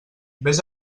vés